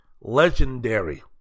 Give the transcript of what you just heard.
Legendary